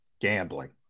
gambling